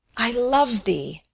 i love thee.